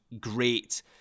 great